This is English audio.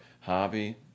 hobby